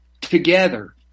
together